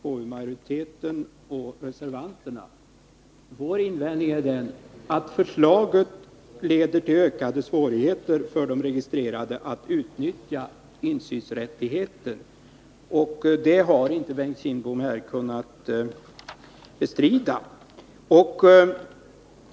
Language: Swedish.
Fru talman! Jag återgår till diskussionen mellan utskottsmajoriteten och reservanterna. Vår invändning är den att förslaget leder till ökade svårigheter för de registrerade att utnyttja insynsrättigheten, och det har Bengt Kindbom här inte kunnat bestrida.